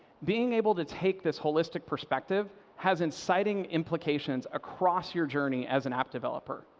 being able to take this holistic perspective has exciting implications across your journey as an app developer.